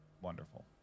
Wonderful